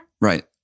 right